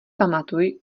pamatuj